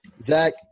Zach